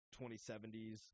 2070s